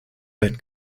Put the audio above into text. werden